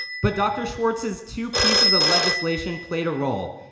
but doctor schwartz's two pieces of legislation played a role.